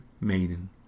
maiden